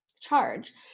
charge